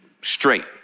straight